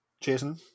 Jason